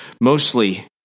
mostly